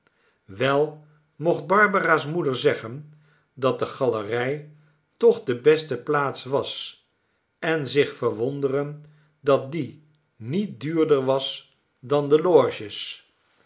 wei mocht barbara's moeder zeggen dat de galerij toch de beste plaats was en zich verwonderen dat die niet duurder was dan de loges